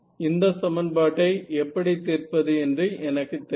இந்த சமன்பாட்டை எப்படி தீர்ப்பது என்று எனக்கு தெரியும்